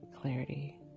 clarity